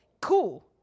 cool